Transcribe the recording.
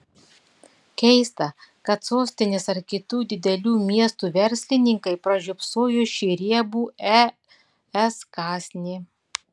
keista kad sostinės ar kitų didelių miestų verslininkai pražiopsojo šį riebų es kąsnį